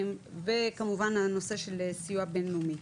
וכמובן הנושא של סיוע בין-לאומי.